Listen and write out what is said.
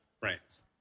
friends